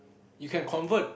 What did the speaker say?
you can convert